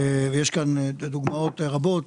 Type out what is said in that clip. יש כאן דוגמאות רבות.